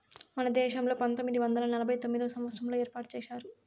మన దేశంలో పంతొమ్మిది వందల నలభై తొమ్మిదవ సంవచ్చారంలో ఏర్పాటు చేశారు